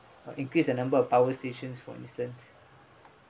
or increase a number of power stations for instance